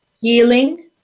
healing